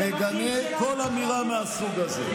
אני מגנה כל אמירה מהסוג הזה.